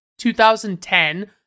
2010